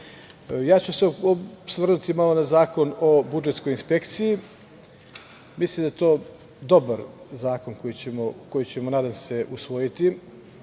Srbije, osvrnuću se malo na Zakon o budžetskoj inspekciji. Mislim da je to dobar zakon koji ćemo, nadam se, usvojiti